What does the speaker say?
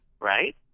right